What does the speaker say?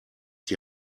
die